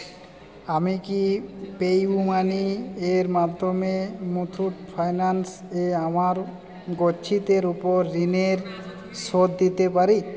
আমি কি PayU money এর মাধ্যমে মুথুট ফাইন্যান্স এ আমার গচ্ছিতের উপর ঋণের শোধ দিতে পারি